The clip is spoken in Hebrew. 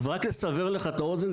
רק לסבר לך את האוזן,